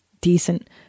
decent